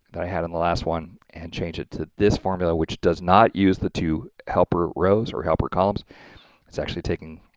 but i have in the last one and change it to this formula which does not use the two helper rows or helper columns it's actually taking